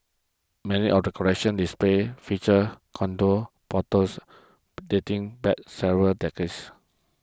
many of the collections display featured contour bottles dating back several decades